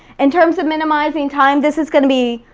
in terms of minimizing time, this is gonna be